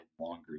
longer